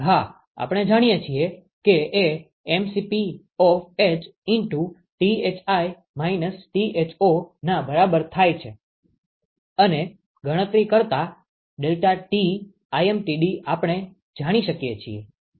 હા આપણે જાણીએ છીએ કે એ h Thi - Thoના બરાબર થાય છે અને ગણતરી કરતા ∆Tlmtd આપણે જાણી શકીએ છીએ